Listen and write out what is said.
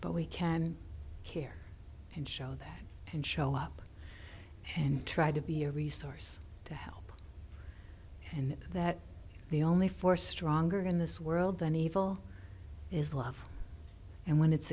but we can care and show that and show up and try to be a resource to help and that the only force stronger in this world than evil is love and when it's